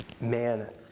Man